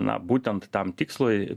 na būtent tam tikslui